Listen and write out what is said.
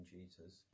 Jesus